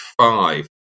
five